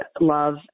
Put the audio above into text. love